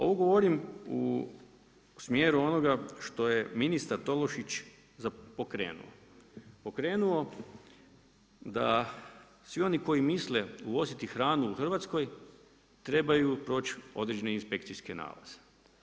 Ovo govorim u smjeru onoga što je ministar Tolušić pokrenuo, pokrenuo, da svi oni koji misle uvoziti hranu u Hrvatskoj, trebaju proći određene inspekcijske nalaze.